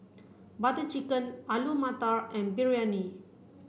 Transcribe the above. Butter Chicken Alu Matar and Biryani